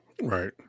Right